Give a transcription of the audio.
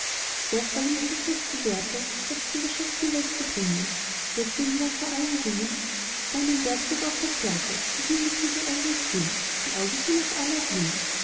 doch weil ihm ein gesetz verwehrte selbst in das schatzgewölb zu dringen deswegen war vor allen dingen er einem werkzeug auf der fährte das ihm dazu geeignet schien sein auge fiel auf aladdin